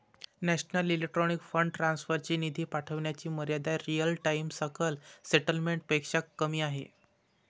national electronic fund transfer ची निधी पाठविण्याची मर्यादा रिअल टाइम सकल सेटलमेंट पेक्षा कमी आहे